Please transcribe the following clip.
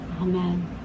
amen